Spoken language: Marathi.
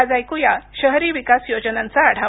आज ऐकुया शहरी विकास योजनांचा आढावा